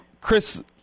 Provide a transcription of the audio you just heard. Chris –